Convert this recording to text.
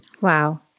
Wow